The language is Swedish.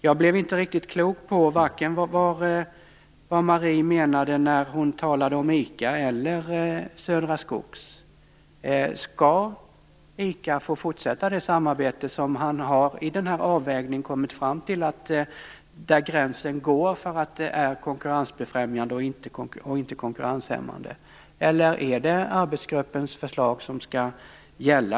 Jag blev inte riktigt klok på vad Marie Granlund menade när hon talade om ICA och Södra Skogsägarna. Skall ICA få fortsätta detta samarbete? I den här avvägningen har man ju kommit fram till var gränsen går för att det skall vara konkurrensbefrämjande och inte konkurrenshämmande? Eller skall arbetsgruppens förslag gälla?